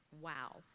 wow